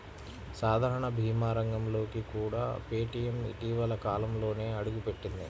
సాధారణ భీమా రంగంలోకి కూడా పేటీఎం ఇటీవలి కాలంలోనే అడుగుపెట్టింది